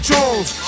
Jones